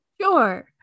Sure